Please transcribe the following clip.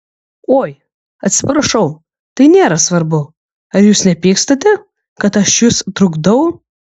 oi atsiprašau tai nėra svarbu ar jūs nepykstate kad aš jus trukdau